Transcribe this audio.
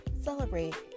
celebrate